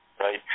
right